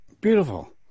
Beautiful